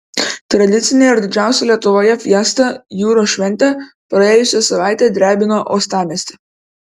tradicinė ir didžiausia lietuvoje fiesta jūros šventė praėjusią savaitę drebino uostamiestį